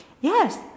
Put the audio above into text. Yes